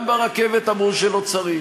גם ברכבת אמרו שלא צריך.